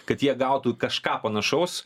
kad jie gautų kažką panašaus